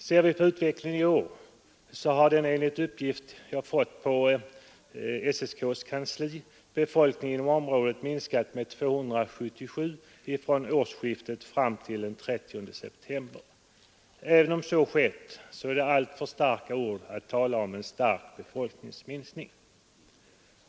Ser vi på utvecklingen i år finner vi — denna uppgift har jag fått på SSK:s kansli — att befolkningen inom området minskat med 277 personer fram till den 30 september. Även om så skett är det alltför starka ord att tala om en kraftig befolkningsminskning.